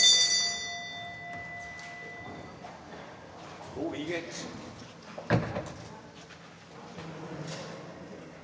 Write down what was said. de er godt